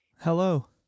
Hello